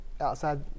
outside